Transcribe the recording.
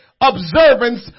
observance